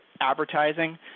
advertising